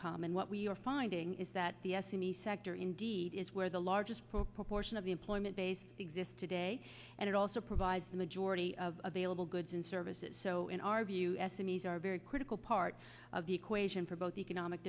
come and what we are finding is that the sunni sector indeed is where the largest proportion of the employment base exists today and it also provides the majority of available goods and services so in our view se needs are very critical part of the equation for both economic